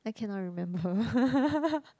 I cannot remember